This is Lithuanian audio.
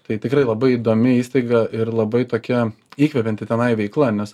tai tikrai labai įdomi įstaiga ir labai tokia įkvepianti tenai veikla nes